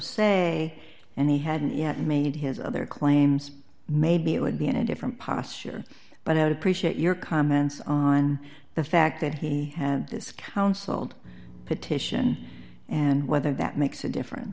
se and he had made his other claims maybe it would be in a different posture but out appreciate your comments on the fact that he had this counseled petition and whether that makes a difference